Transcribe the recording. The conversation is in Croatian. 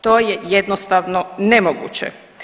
To je jednostavno nemoguće.